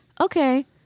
okay